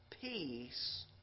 peace